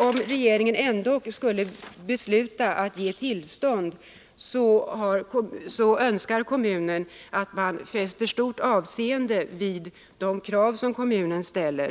Om regeringen ändå skulle besluta ge tillstånd till lokalisering önskar kommunen att man fäster stort avseende vid de krav som kommunen ställer.